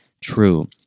true